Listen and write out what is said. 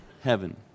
heaven